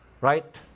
right